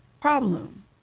problem